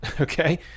okay